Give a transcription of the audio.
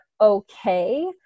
okay